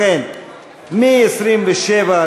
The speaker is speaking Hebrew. לכן מ-27,